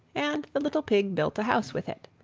and the little pig built a house with it.